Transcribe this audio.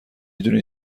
دونی